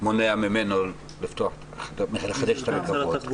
מונע ממנו לחדש את הרכבות.